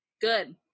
good